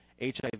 HIV